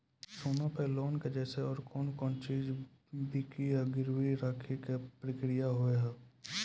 सोना पे लोन के जैसे और कौन कौन चीज बंकी या गिरवी रखे के प्रक्रिया हाव हाय?